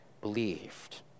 believed